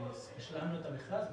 השלמנו את המכרז.